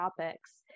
topics